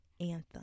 anthem